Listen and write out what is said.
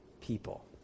people